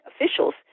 officials